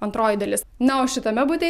antroji dalis na o šitame bute jis